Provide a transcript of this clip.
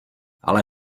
ale